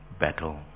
battle